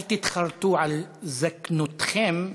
אל תתחרטו אל זיקנתכם,